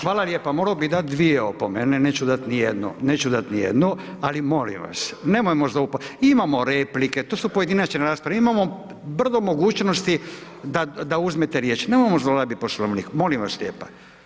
Hvala lijepa, morao bi dati dvije opomene, neću dat nijednu, neću dat nijednu, ali molim vas, nemojmo zloupotrebljavati, imamo replike, to su pojedinačne rasprave, imamo brdo mogućnosti da uzmete riječ, nemojmo zlorabit Poslovnik, molim vas lijepa.